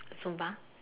Zumba